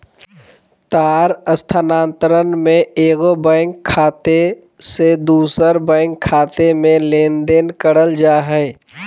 तार स्थानांतरण में एगो बैंक खाते से दूसर बैंक खाते में लेनदेन करल जा हइ